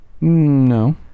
No